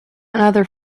another